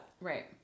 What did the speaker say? Right